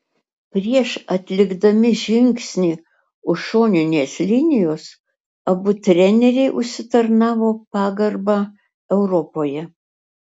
prieš atlikdami žingsnį už šoninės linijos abu treneriai užsitarnavo pagarbą europoje